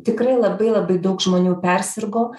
tikrai labai labai daug žmonių persirgo